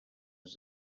was